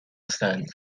هستند